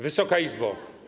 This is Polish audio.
Wysoka Izbo!